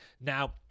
now